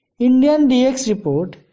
indiandxreport